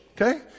Okay